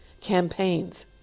campaigns